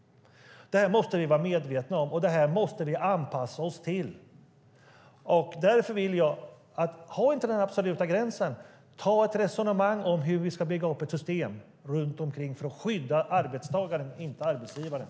Det här måste vi vara medvetna om, och det här måste vi anpassa oss till. Därför vill jag säga: Ha inte den absoluta gränsen! Ta ett resonemang om hur vi ska bygga upp ett system för att skydda arbetstagaren, inte arbetsgivaren.